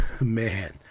Man